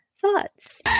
thoughts